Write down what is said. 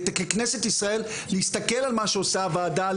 ככנסת ישראל להסתכל על מה שעושה הוועדה,